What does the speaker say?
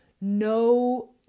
no